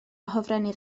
hofrennydd